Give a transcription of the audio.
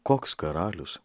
koks karalius